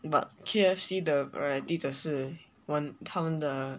but K_F_C the variety 只是 one 他们的